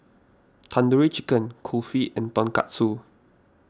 Tandoori Chicken Kulfi and Tonkatsu